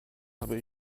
habe